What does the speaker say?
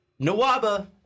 Nawaba